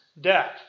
death